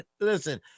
listen